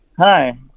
Hi